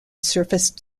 surfaced